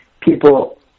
people